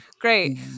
great